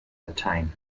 dateien